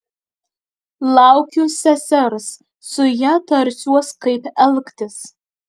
laukiu sesers su ja tarsiuos kaip elgtis